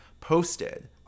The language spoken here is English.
posted